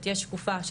שתהיה שקופה,